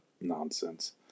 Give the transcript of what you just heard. nonsense